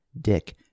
Dick